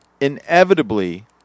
inevitably